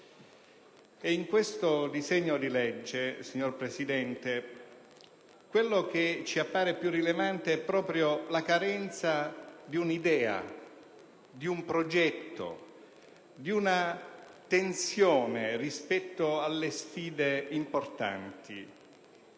In questo disegno di legge, signor Presidente, quello che ci appare più rilevante è proprio la carenza di un'idea, di un progetto, di una tensione rispetto alle sfide importanti.